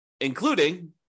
including